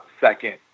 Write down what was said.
second